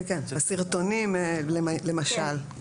בסרטונים למשל.